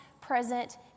present